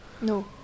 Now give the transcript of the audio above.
No